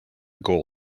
goal